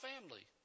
family